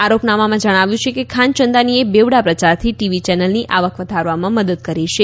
આરોપનામાં જણાવ્યું છે કે ખાનચંદાનીએ બેવડા પ્રયારથી ટીવી ચેનલની આવક વધારવામાં મદદ કરી છે